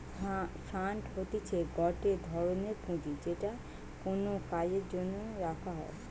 fund হতিছে গটে ধরনের পুঁজি যেটা কোনো কাজের জন্য রাখা হই